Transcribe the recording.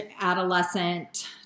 adolescent